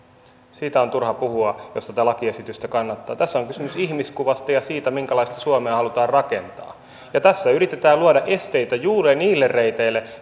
siitä on turha puhua jos tätä lakiesitystä kannattaa tässä on kysymys ihmiskuvasta ja siitä minkälaista suomea halutaan rakentaa tässä yritetään luoda esteitä juuri niille reiteille